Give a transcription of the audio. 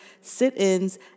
sit-ins